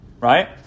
right